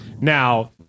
Now